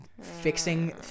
Fixing